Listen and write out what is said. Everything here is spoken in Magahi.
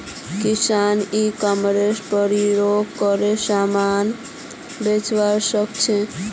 किसान ई कॉमर्स प्रयोग करे समान बेचवा सकछे